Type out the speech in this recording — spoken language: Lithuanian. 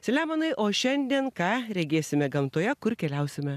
selemonai o šiandien ką regėsime gamtoje kur keliausime